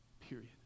period